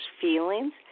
feelings